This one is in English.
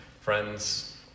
Friends